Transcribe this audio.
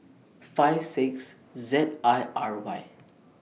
five six Z I R Y